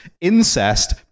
incest